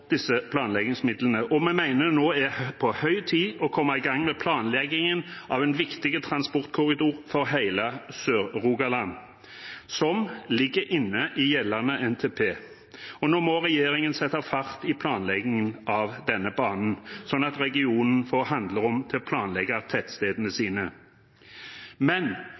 disse planleggingsmidlene, og vi mener det er på høy tid å komme i gang med planleggingen av en viktig transportkorridor for hele Sør-Rogaland, som ligger inne i gjeldende NTP. Nå må regjeringen sette fart i planleggingen av denne banen, slik at regionen får handlerom til å planlegge tettstedene sine. Men